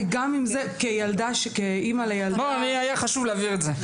היה לי חשוב להבהיר את זה.